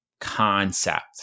concept